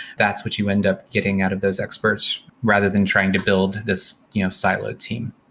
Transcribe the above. that's what you end up getting out of those experts rather than trying to build this you know silo team.